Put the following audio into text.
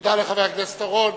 תודה רבה לחבר הכנסת אורון.